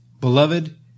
Beloved